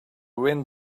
wind